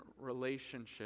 relationship